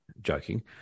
joking